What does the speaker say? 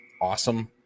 awesome